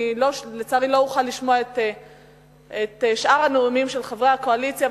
לצערי אני לא אוכל לשמוע את שאר הנאומים של חברי הקואליציה,